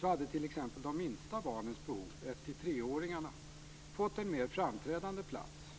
hade t.ex. de minsta barnens behov, 1-3-åringarna, fått en mer framträdande plats.